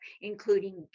including